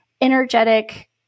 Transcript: energetic